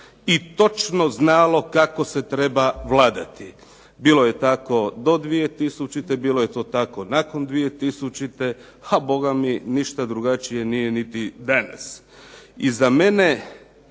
i točno znalo kako se treba vladati. Bilo je tako do 2000., bilo je to tako nakon 2000., a Boga mi ništa drugačije nije niti danas.